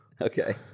Okay